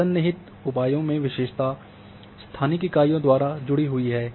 सन्निहित उपायों में विशेषता स्थानिक इकाइयों द्वारा जुड़ी हुई हैं